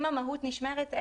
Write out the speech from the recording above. אם המהות נשמרת.